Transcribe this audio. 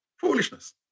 Foolishness